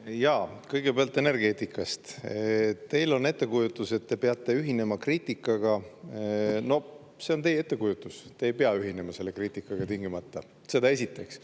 Kõigepealt energeetikast. Teil on ettekujutus, et te peate ühinema kriitikaga. Noh, see on teie ettekujutus. Te ei pea tingimata ühinema selle kriitikaga, seda esiteks.